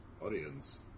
Audience